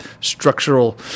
structural